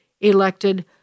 elected